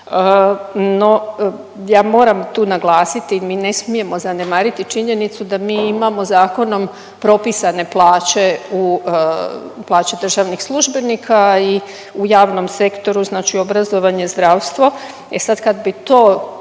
no ja moram tu naglasiti mi ne smijemo zanemariti činjenicu da mi imamo zakonom propisane plaće u plaće državnih službenika i u javnom sektoru, znači obrazovanje zdravstvo,